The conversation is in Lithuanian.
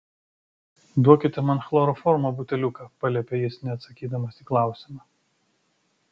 duokite man chloroformo buteliuką paliepė jis neatsakydamas į klausimą